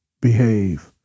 behave